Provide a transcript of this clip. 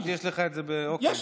אה, חשבתי שיש לך את זה, אוקיי.